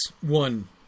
one